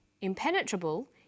Impenetrable